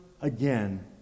again